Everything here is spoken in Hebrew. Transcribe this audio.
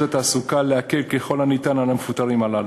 התעסוקה להקל ככל הניתן על המפוטרים הללו.